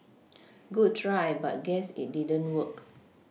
good try but guess it didn't work